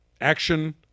action